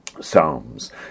Psalms